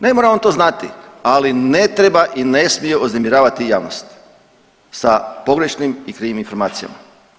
Ne mora on to znati, ali ne treba i ne smije uznemiravati javnost sa pogrešnim i krivim informacijama.